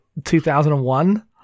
2001